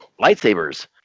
lightsabers